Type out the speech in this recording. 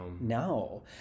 No